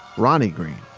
ronnie green,